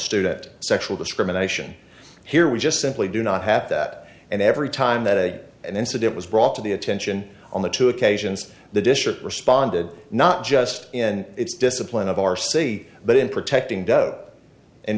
student sexual discrimination here we just simply do not have that and every time that a an incident was brought to the attention on the two occasions the district responded not just in its discipline of our city but in protecting dough and